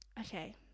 okay